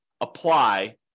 apply